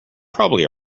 probably